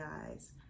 eyes